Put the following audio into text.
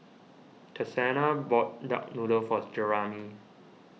Texanna bought Duck Noodle for Jeramie